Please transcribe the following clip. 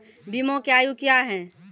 बीमा के आयु क्या हैं?